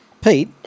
Pete